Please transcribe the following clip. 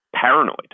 paranoid